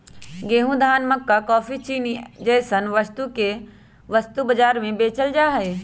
गेंहूं, धान, मक्का काफी, चीनी जैसन वस्तु के वस्तु बाजार में बेचल जा हई